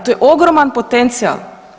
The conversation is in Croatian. To je ogroman potencijal.